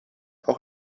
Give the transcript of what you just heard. auch